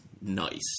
nice